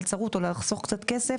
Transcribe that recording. מלצרות או לחסוך קצת כסף,